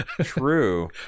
true